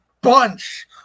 bunch